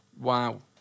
wow